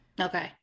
okay